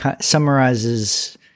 summarizes